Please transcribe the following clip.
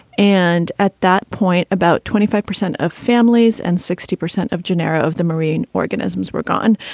and at that point, about twenty five percent of families and sixty percent of janiero of the marine organisms were gone,